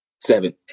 Seven